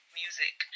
music